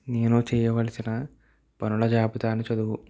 నేను చేయవలసిన పనుల జాబితాను చదువు